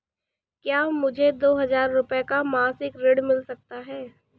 क्या मुझे दो हजार रूपए का मासिक ऋण मिल सकता है?